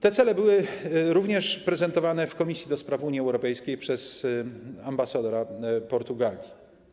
Te cele były również prezentowane w Komisji do Spraw Unii Europejskiej przez ambasadora Portugalii.